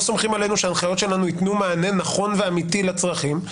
סומכים עלינו שההנחיות שלנו יתנו מענה נכון ואמיתי לצרכים.